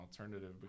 alternative